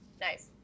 Nice